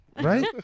right